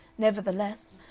nevertheless,